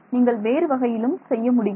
நீங்கள் வேறு வகையிலும் செய்ய முடியும்